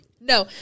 No